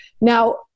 Now